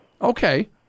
Okay